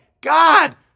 God